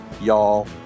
y'all